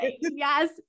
Yes